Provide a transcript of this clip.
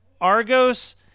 Argos